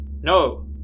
No